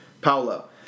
Paulo